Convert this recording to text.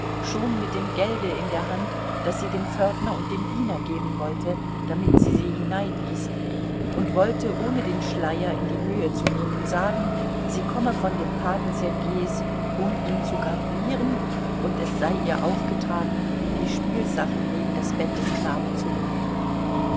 schon mit dem gelde in der hand das sie dem pförtner und dem diener geben wollte damit sie sie hineinließen und wollte ohne den schleier in die höhe zu nehmen sagen sie komme von dem paten sergeis um ihm zu gratulieren und es sei ihr aufgetragen die spielsachen neben das bett des knaben zu legen